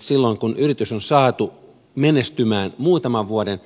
silloin kun yritys on saatu menestymään muutaman vuoden